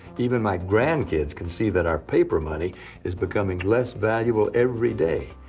even my grandkids can see that our paper money is becoming less valuable every day.